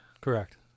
Correct